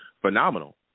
Phenomenal